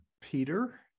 peter